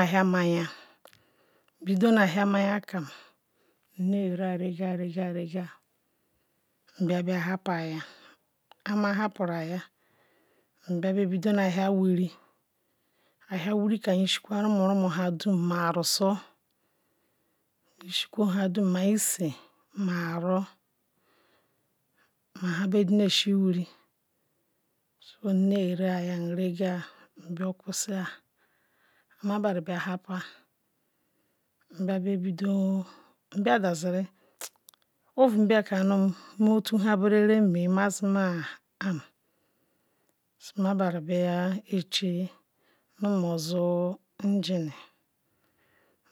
ahia meya bido nu ahia meya kem nrega nrega nrega mbia nbia ba happu aye ah ma happua ya bia be do nu ahia wiri ahia wiri nyishikwu runru nhadum ma ausu nyisi kwo hadam ma ise ma ara ma nha byi ne sie wiri nnere aha rega nvusa mabinra mbia bido ovu ba kanum tu haberere me mazima ah zumara beru bea zeoza inginee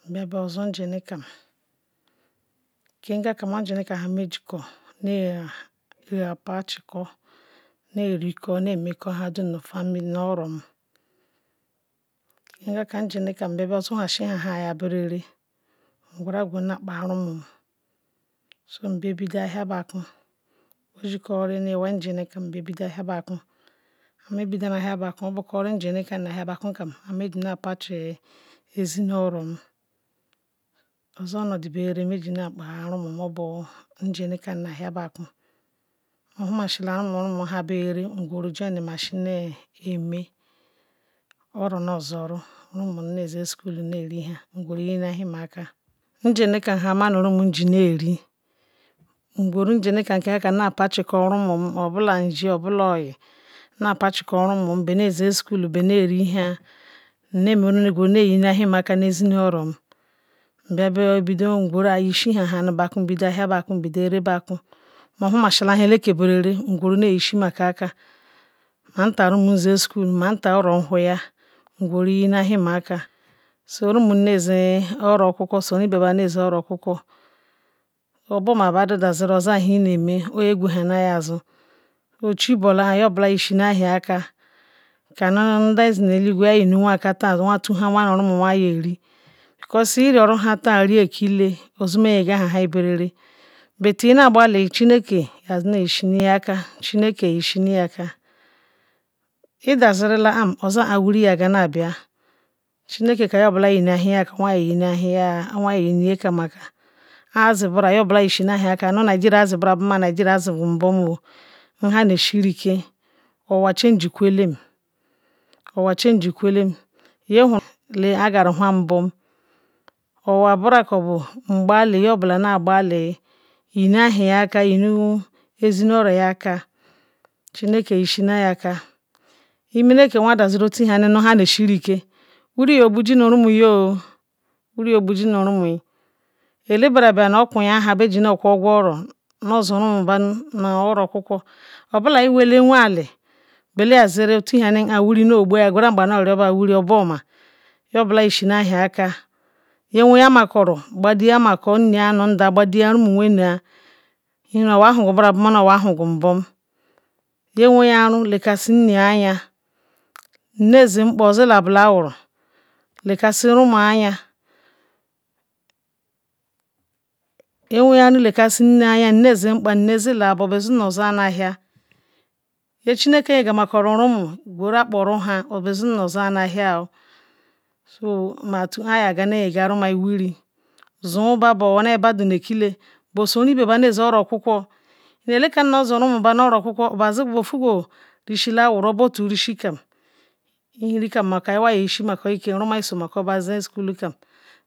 nbia ing inea beakeam ke ngam ingine kam kam jiko na patcheko neri ko nhadim nh orom okpa engihea kem mbiazu ha sie berere ngwerua nakpe rumum so mbe bido ahia bidawa shi keriri nuu iheai igineer mbe bido ahia biakwu obukariri inginar nu ahia biekwa nha ma ji nu patechu ezinu orom ozi onu berere meji rekpa remun ogba igine kam mu ahia biakwa mohimesila rumu nla berere ngwera tomy masi ne me oro nu ozoro rumum ness sukuln nea rela ngwera yinu ehreaka igineer kam nla maru ramum ji neri rumum obula nzre obala oyi na bethor rumum be mzea yinu ehim alea nu ezi nu oron nbia bido nyisi haya nbido ahia biakea bodo ere biekwu mohumasile eleke berere gweru neyi simeka manta ramum ze sikala ma ntam ororm whoya ngwera yima ahim aka rumum sora ibeba neze oro okwu kwo ogba me budu da zirila ozar hi meme ogwe hazu buchibola nye bale nyi sini eha aka kanu nda zi na olu igwe yagiawuya aka ta wa tun la awiya ru rumu awaya zie eri because irioru te rio ekile ozu nye gama hem berere inegbah chineke yezzneyisinm aka dumle yeshin aka idazirula ham ozi ah wwi yase nehia chineke ka nyebula yimi ehie ala awaya zeyiniya aka azi bare nye obule yishimahia aka nu ngara bigwo nyare ke zigwum abom o nha neshinke owa changi kwelam nye buru agrra haa ubom oka nbura kobo nbali nye obala ne gbala yinu shie aka yine ezi nu ori aka chimk yishu nai aka imeme ke awaya da zwa otuhamem nu ha nea shirke wwi lorgbu jinu rumum a elebiara no okwnya nha be ji no kwu aro nozu rumu ba nu oro kwukwo obu ekewaglu wiri no bua egwera aggba no no ba wiri obu oma nye obala yishi nu chia aka nye nekoro badiya nda na nne gbadiya ramu wena ihinu owa ahagwu mbra bumara owa a hugwu mbra bumara owa a hugwu mbom nye were ara lekasi nnea ayi nne zinkpe ozela ebilara lekasi ramu aye iweru lekasi nim aya nne zila abo bezi nu zoa nua ahia niychla yega nu rumu gwerua kpo ru na bezi nozua nu ahia so mafu ayiga rumne wiri bosoru ebeba beze oro owu kwo eleki yan no zu rumu ba nu oro okwukwo bofuso nsha lara obu ofu rish kam nu hiri kam aynea nyi shimako aka ruma soreko ze sikulu kam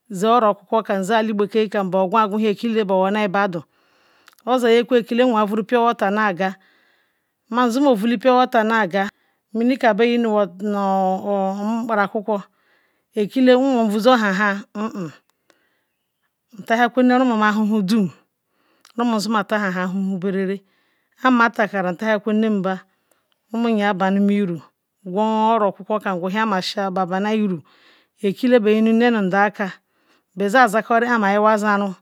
ze oro okwukam ze alibeke kam ogwa ekele borwona bodu oze nye kwe ekile nwe vuru pure wetar nafa ma zama vuli pure water naga mm ka bea yi nu nkpara akwukwo əkele nwom vuzou haha uhah ntahiakwalem ramun ahaha dum rumu zema atebahuha berere a mekitara ntah kwe legba rumum ya benum iru be ora kwakwo gwuhia masis ba banu eru ekile bea yinu nne nu nda aka beza zakoriri ah ayiwa zara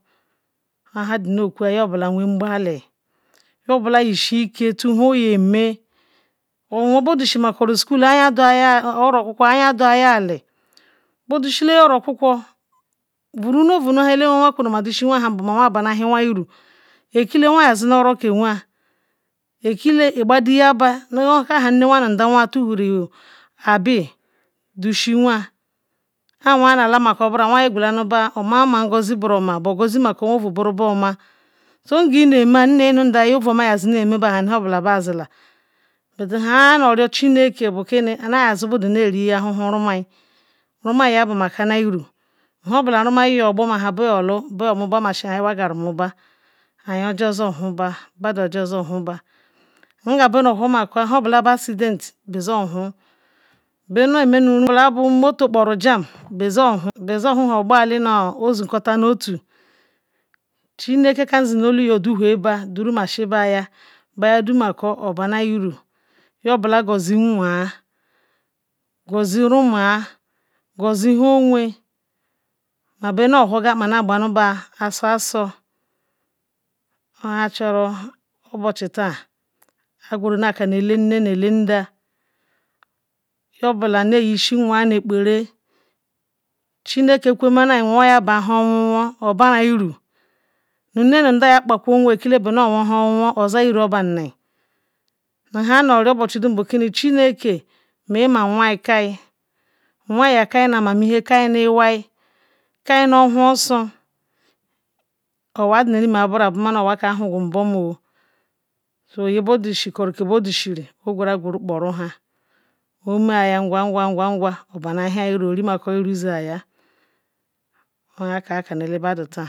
oha sinokwua nye obula weanigbel nye bula nyishi eze ta nha oyeme nwo badusihri masi ri aya dayeah boduseham oro kwu kwo vuru na ovu nu ha ehe we awear kwera me dusi awiya ma awaya benu ene iru eklu awaya nyezi nu oro kewa ekle igbedi ba nwka bu nha nme awye nu ndaway tahara abi dus hea na awaya nala awaya ze gwau omemara mfo zi nburuema gwe za ele iweaya ma ovu buru ba omu nse me me ovu nzzi sor nma nu ndan beobula bezi but nha noro chuchle bukim nu azi budu beru ahuhu ramua rumai ya bamu kana iru hebala rumum yor gbor bu olu be ya momazi ayi gara muba aya otor zi ohube beu ofor zohuba naye bunuho me ko pu noto ikporu jan elunke kan zi nu olu ywe yeaduru ba dulohe duba ya bayada mekela nye obula gozie nwe gezi remuo nu nla owey maba nuohogo nhe na baruba fast fest ala ohera nu obochi adina kanu ele nme nuele nda nyeobule neyishi nwo a nu ekpare chinekwenai nwe yaba nha owu owu nme nu nda zabakwo nwe borwuwor hu owuwo ozi wu obanam nha anarlo obochi dum bakum chimeke mea ma nwoa kai nwoakai nu ama mehie kai nu iwai kai nu ohuosor owa azi ru re ma buma na owe ke hugu mbom a nyeboduri koriem ke be dunshuri ogwera gwerm kporaha omeya ngwa ngwa bahes wa rimako wu ziaya oha ka nu ehe bada ta